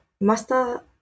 Master